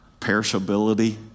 perishability